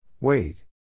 Wait